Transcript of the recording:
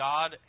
God